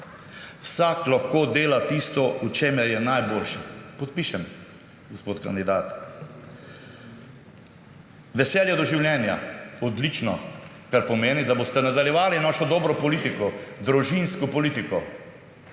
Vsak lahko dela tisto, v čemer je najboljši. Podpišem, gospod kandidat. Veselje do življenja – odlično. Kar pomeni, da boste nadaljevali našo dobro politiko, družinsko politiko.